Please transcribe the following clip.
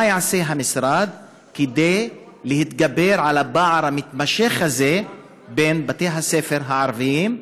מה יעשה המשרד כדי להתגבר על הפער המתמשך הזה בין בתי-הספר הערביים,